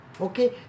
Okay